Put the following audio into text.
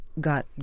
got